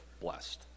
blessed